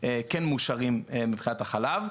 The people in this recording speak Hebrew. כן מאושרים מבחינת החלב.